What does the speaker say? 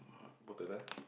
important ah